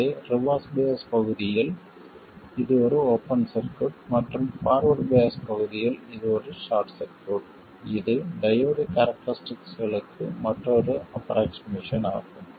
இது reverse bias பகுதியில் இது ஒரு ஓபன் சர்க்யூட் மற்றும் ஃபார்வர்ட் பயாஸ் பகுதியில் இது ஒரு ஷார்ட் சர்க்யூட் இது டையோடு கேரக்டரிஸ்டிக்களுக்கு மற்றொரு ஆஃப்ரோக்ஷிமேசன் ஆகும்